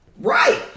Right